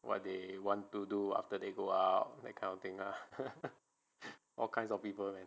what they want to do after they go out that kind of thing are all kinds of people man